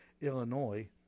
Illinois